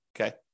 okay